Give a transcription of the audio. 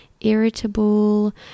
irritable